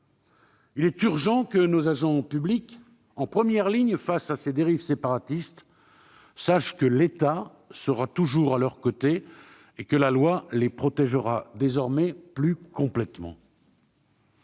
Il est urgent que nos agents publics, en première ligne face à ces dérives séparatistes, sachent que l'État sera toujours à leurs côtés et que la loi les protégera désormais plus complètement.